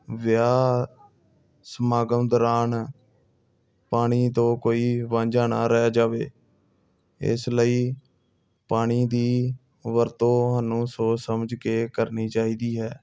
ਵਿਆਹ ਸਮਾਗਮ ਦੌਰਾਨ ਪਾਣੀ ਤੋਂ ਕੋਈ ਵਾਂਝਾ ਨਾ ਰਹਿ ਜਾਵੇ ਇਸ ਲਈ ਪਾਣੀ ਦੀ ਵਰਤੋਂ ਸਾਨੂੰ ਸੋਚ ਸਮਝ ਕੇ ਕਰਨੀ ਚਾਹੀਦੀ ਹੈ